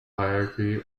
hierarchy